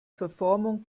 verformung